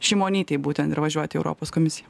šimonytei būtent ir važiuoti į europos komisiją